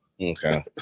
Okay